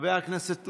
חבר הכנסת עודה,